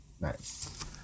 Nice